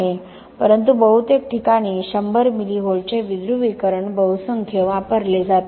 परंतु बहुतेक प्रकरणांमध्ये 100 मिली व्होल्टचे विध्रुवीकरण बहुसंख्य वापरले जाते